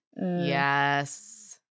Yes